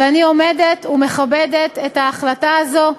ואני עומדת ומכבדת את ההחלטה הזאת,